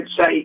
say